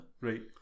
right